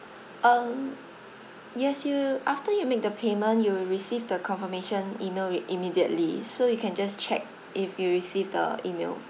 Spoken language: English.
um yes you after you make the payment you will receive the confirmation email with immediately so you can just check if you receive the email